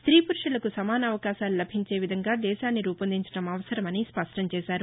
స్టీ పురుషులకు సమాన అవకాశాలు లభించే విధంగా దేశాన్ని రూపొందించడం అవసరమని స్పష్టంచేశారు